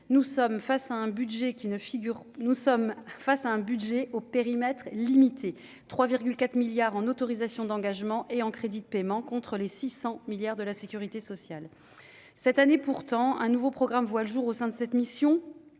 nous sommes face à un budget au périmètre limité : 3 4 milliards en autorisations d'engagement et en crédits de paiement contres les 600 milliards de la Sécurité sociale, cette année, pourtant un nouveau programme, voit le jour au sein de cette mission